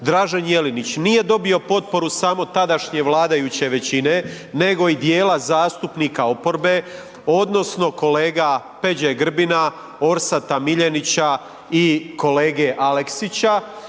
Dražen Jelinić nije dobio potporu samo tadašnje vladajuće većine nego i dijela zastupnika oporbe odnosno kolege Peđe Grbina, Orsata Miljenića i kolege Aleksića.